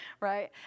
right